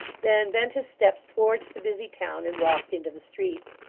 then bent his steps towards the busy town, and walked into the streets.